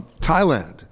Thailand